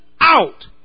out